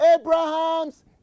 Abraham's